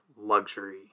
luxury